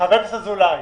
חבר הכנסת אזולאי,